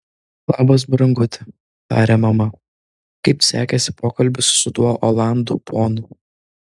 labas branguti tarė mama kaip sekėsi pokalbis su tuo olandų ponu